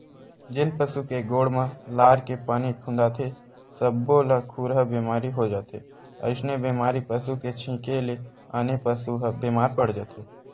जेन पसु के गोड़ म लार के पानी खुंदाथे सब्बो ल खुरहा बेमारी हो जाथे अइसने बेमारी पसू के छिंके ले आने पसू ह बेमार पड़ जाथे